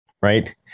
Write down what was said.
right